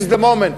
seize the moment,